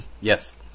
yes